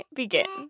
begin